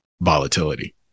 volatility